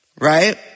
right